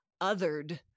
othered